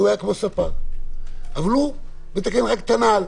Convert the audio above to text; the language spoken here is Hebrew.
הוא היה ספר, אבל הוא מתקן רק את הנעל.